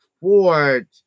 Ford